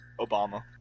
Obama